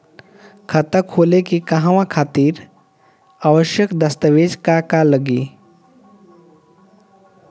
खाता खोले के कहवा खातिर आवश्यक दस्तावेज का का लगी?